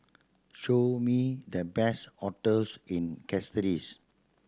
show me the best hotels in Castries